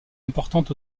importante